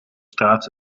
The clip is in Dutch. straat